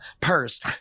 purse